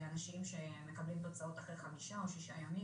אנשים שמקבלים תוצאות אחרי חמישה או שישה ימים,